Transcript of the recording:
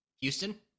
Houston